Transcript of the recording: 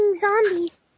zombies